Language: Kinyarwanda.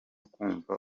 kumva